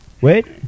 Wait